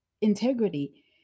integrity